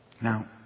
Now